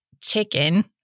chicken